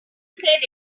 said